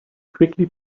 quickly